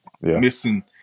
missing